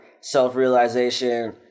self-realization